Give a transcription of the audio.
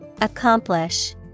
Accomplish